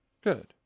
Good